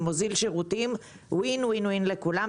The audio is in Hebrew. זה מוזיל שירותים win-win לכולם.